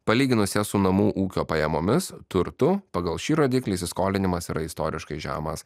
palyginus jas su namų ūkio pajamomis turtu pagal šį rodiklį įsiskolinimas yra istoriškai žemas